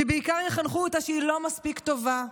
שבעיקר יחנכו אותה שהיא לא מספיק טובה,